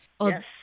Yes